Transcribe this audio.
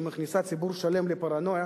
שמכניסה ציבור שלם לפרנויה